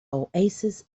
oasis